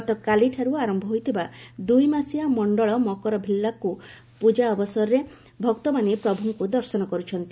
ଗତକାଲିଠାରୁ ଆରମ୍ଭ ହୋଇଥିବା ଦୁଇମାସିଆ ମଣ୍ଡଳ ମକରଭିଲାକ୍କ ପୂଜା ଅବସରରେ ଭକ୍ତମାନେ ପ୍ରଭୁଙ୍କୁ ଦର୍ଶନ କରୁଛନ୍ତି